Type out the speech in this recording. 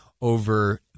over